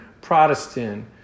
Protestant